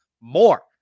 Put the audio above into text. more